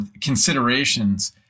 considerations